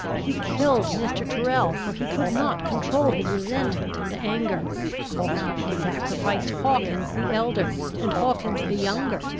he killed mr. tyrrel, for he could not control his resentment and anger he sacrificed hawkins the elder and hawkins the younger,